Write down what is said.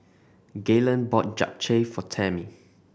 Gaylen bought Japchae for Tammy